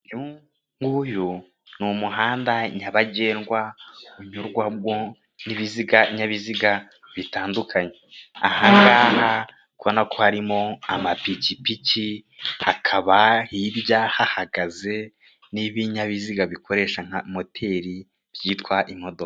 Uyu nguyu ni umuhanda nyabagendwa unyurwamo n'ibinyabiziga bitandukanye aha nganaha uri kubonako harimo amapikipiki, hakaba hirya hahagaze n'ibinyabiziga bikoresha nka moteri byitwa imodoka.